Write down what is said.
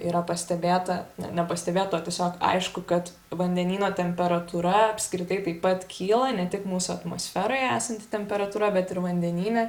yra pastebėta ne pastebėta o tiesiog aišku kad vandenyno temperatūra apskritai taip pat kyla ne tik mūsų atmosferoje esanti temperatūra bet ir vandenyne